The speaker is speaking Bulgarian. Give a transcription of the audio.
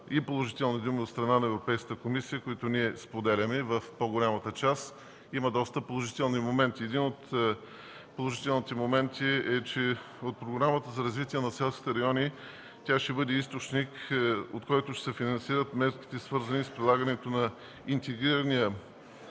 и положителни думи от страна на Европейската комисия, които ние споделяме в по-голямата част. Има доста положителни моменти. Един от положителните моменти е, че Програмата за развитие на селските райони ще бъде източник, от който ще се финансират мерките, свързани с прилагането на интегрирания